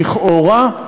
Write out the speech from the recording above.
לכאורה,